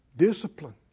discipline